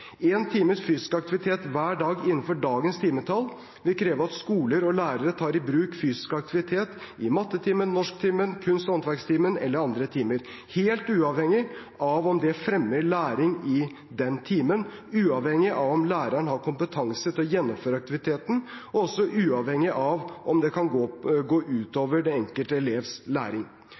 En times fysisk aktivitet hver dag innenfor dagens timetall vil kreve at skoler og lærere tar i bruk fysisk aktivitet i mattetimen, norsktimen, kunst- og håndverkstimen eller andre timer – helt uavhengig av om det fremmer læring i den timen, uavhengig av om læreren har kompetanse til å gjennomføre aktiviteten, og også uavhengig av om det kan gå ut over den enkelte elevs læring.